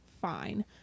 fine